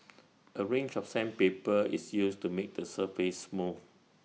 A range of sandpaper is used to make the surface smooth